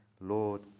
lord